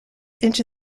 into